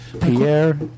Pierre